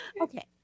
Okay